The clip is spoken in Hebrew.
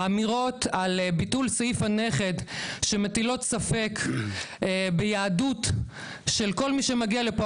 האמירות על ביטול סעיף הנכד שמטילות ספק ביהדות של כל מי שמגיע לפה.